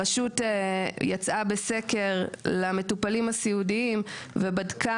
הרשות יצאה בסקר למטופלים הסיעודיים ובדקה